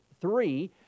three